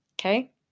Okay